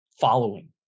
following